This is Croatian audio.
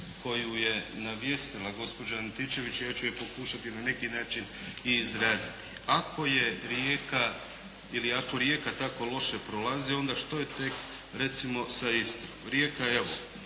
koju je navijestila gospođa Antičević, ja ću je pokušati na neki način i izraziti. Ako je Rijeka ili ako Rijeka tako loše prolazi, onda što je tek, recimo sa Istrom. Rijeka je evo,